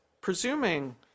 presuming